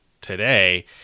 today